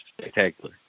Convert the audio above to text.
spectacular